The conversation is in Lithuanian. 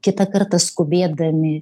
kitą kartą skubėdami